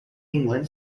england